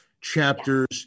chapters